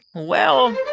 well.